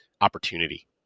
opportunity